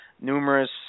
numerous